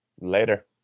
Later